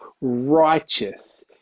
righteous